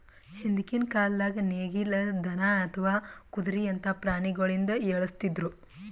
ಹಿಂದ್ಕಿನ್ ಕಾಲ್ದಾಗ ನೇಗಿಲ್, ದನಾ ಅಥವಾ ಕುದ್ರಿಯಂತಾ ಪ್ರಾಣಿಗೊಳಿಂದ ಎಳಸ್ತಿದ್ರು